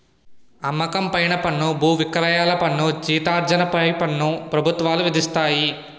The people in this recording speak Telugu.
అమ్మకం పైన పన్ను బువిక్రయాల పన్ను జీతార్జన పై పన్ను ప్రభుత్వాలు విధిస్తాయి